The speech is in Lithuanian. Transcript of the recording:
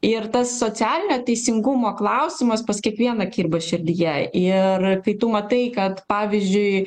ir tas socialinio teisingumo klausimas pas kiekvieną kirba širdyje ir kai tu matai kad pavyzdžiui